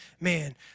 man